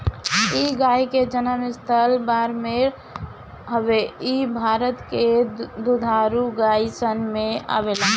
इ गाई के जनम स्थल बाड़मेर हवे इ भारत के दुधारू गाई सन में आवेले